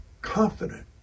confident